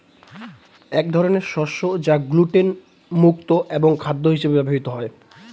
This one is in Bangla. এক ধরনের শস্য যা গ্লুটেন মুক্ত এবং খাদ্য হিসেবে ব্যবহৃত হয়